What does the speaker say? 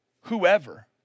whoever